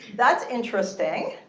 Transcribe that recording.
that's interesting.